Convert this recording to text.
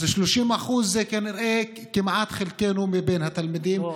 אז 30% זה כנראה כמעט חלקנו מבין התלמידים,